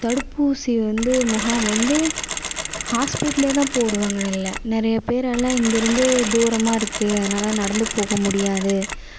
தடுப்பூசி வந்து முகாம் வந்து ஹாஸ்பிட்டலேதான் போடுவாங்க வெளில நிறையா பேரால் இங்கேயிருந்து தூரமாக இருக்குது அதனால நடந்து போக முடியாது